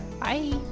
Bye